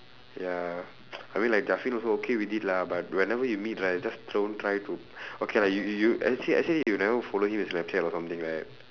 ya I mean like also okay with it lah but whenever we meet right just don't try to okay lah you you actually actually you never follow him on snapchat or something right